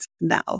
now